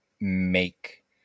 make